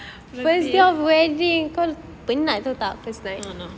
no no